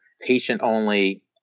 patient-only